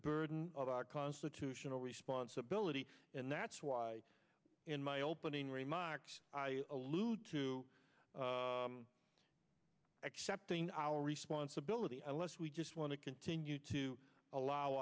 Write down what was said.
burden of our constitutional responsibility and that's why in my opening remarks allude to accepting our responsibility unless we just want to continue to allow